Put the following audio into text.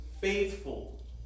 faithful